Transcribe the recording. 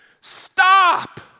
stop